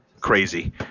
crazy